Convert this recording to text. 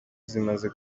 zimaze